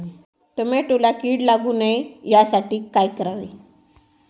टोमॅटोला कीड लागू नये यासाठी काय करावे?